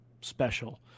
special